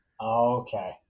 Okay